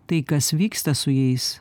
tai kas vyksta su jais